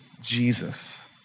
Jesus